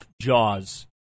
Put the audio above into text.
Jaws